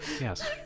Yes